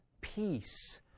peace